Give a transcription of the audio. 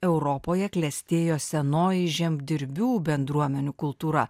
europoje klestėjo senoji žemdirbių bendruomenių kultūra